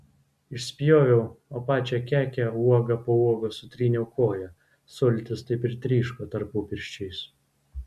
išspjoviau o pačią kekę uoga po uogos sutryniau koja sultys taip ir tryško tarpupirščiais